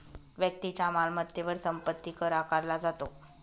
व्यक्तीच्या मालमत्तेवर संपत्ती कर आकारला जातो